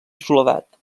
soledat